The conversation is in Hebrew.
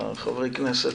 לחברי הכנסת,